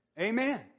Amen